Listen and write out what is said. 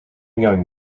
going